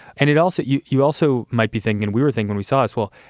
and it also you you also might be thinking and we were thinking we saw as well.